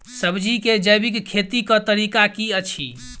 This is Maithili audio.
सब्जी केँ जैविक खेती कऽ तरीका की अछि?